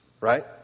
right